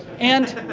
and